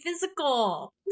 physical